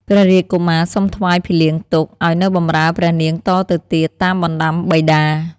ព្រះរាជកុមារសុំថ្វាយភីលៀងទុក ឱ្យនៅបម្រើព្រះនាងតទៅទៀតតាមបណ្ដាំបិតា។